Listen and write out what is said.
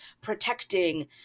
protecting